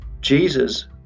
Jesus